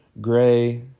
Gray